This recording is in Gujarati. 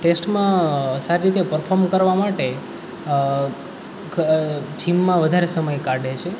ટેસ્ટમાં સારી રીતે પરફોર્મ કરવાં માટે જિમમાં વધારે સમય કાઢે છે